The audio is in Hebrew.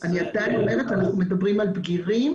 אני עדיין אומרת אנחנו מדברים על בגירים,